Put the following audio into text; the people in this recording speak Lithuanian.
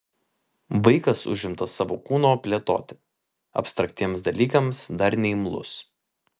vaikas užimtas savo kūno plėtote abstraktiems dalykams dar neimlus